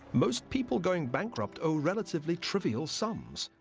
most people going bankrupt owe relatively trivial sums.